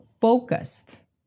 focused